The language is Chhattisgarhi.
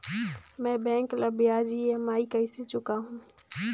मैं बैंक ला ब्याज ई.एम.आई कइसे चुकाहू?